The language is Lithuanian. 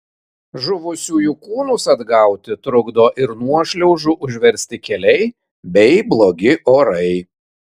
žuvusiųjų kūnus atgauti trukdo ir nuošliaužų užversti keliai bei blogi orai